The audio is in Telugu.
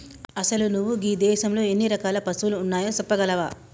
అసలు నువు గీ దేసంలో ఎన్ని రకాల పసువులు ఉన్నాయో సెప్పగలవా